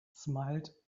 smiled